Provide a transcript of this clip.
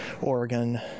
Oregon